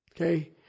okay